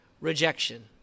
rejection